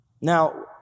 Now